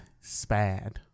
spad